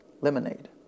lemonade